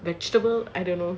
vegetable I don't know